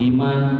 Iman